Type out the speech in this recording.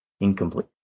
incomplete